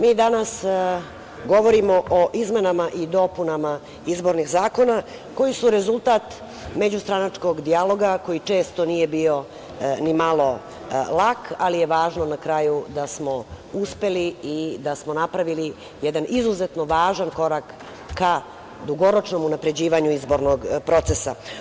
Mi danas govorimo o izmenama i dopunama izbornih zakona koji su rezultat međustranačkog dijaloga koji često nije bio ni malo lak, ali je važno na kraju da smo uspeli i da smo napravili jedan izuzetno važan korak ka dugoročnom unapređenju izbornog procesa.